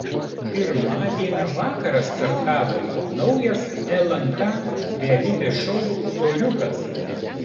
pirmadienio vakarą startavo naujas lnk realybės šou soriukas